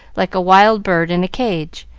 like a wild bird in a cage,